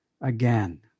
again